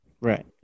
Right